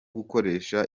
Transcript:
gukoresha